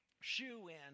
shoe-in